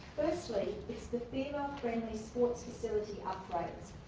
firstly, it's the female friendly sports facility upgrades.